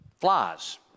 flies